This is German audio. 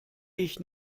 ich